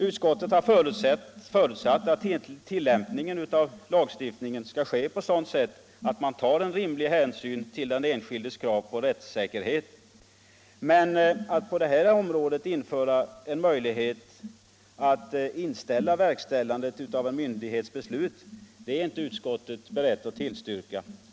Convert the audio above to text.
Utskottet har förutsatt att tillämpningen av lagstiftningen skall ske på sådant sätt att man tar rimlig hänsyn till den enskildes krav på rättssäkerhet, men att på det här området införa möjlighet att stoppa verkställandet av en myndighets beslut är inte utskottet berett att tillstyrka.